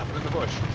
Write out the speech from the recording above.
in the bush.